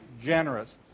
generous